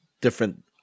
different